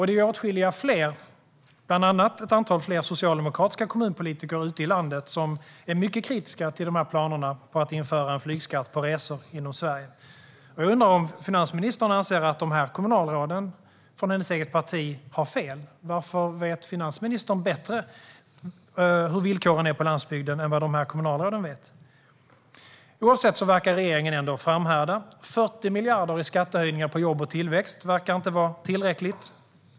Det är åtskilliga fler, bland andra ytterligare ett antal socialdemokratiska kommunpolitiker ute i landet, som är mycket kritiska till planerna på att införa en flygskatt på resor inom Sverige. Jag undrar om finansministern anser att dessa kommunalråd från hennes eget parti har fel. Varför vet finansministern bättre hur villkoren är på landsbygden än vad kommunalråden vet? Oavsett vad verkar regeringen ändå framhärda. 40 miljarder i skattehöjningar på jobb och tillväxt verkar inte vara tillräckligt.